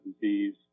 disease